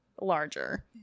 larger